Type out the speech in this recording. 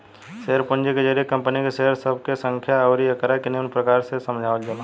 share पूंजी के जरिए कंपनी के शेयर सब के संख्या अउरी एकरा के निमन प्रकार से समझावल जाला